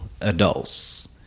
adults